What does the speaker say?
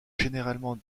généralement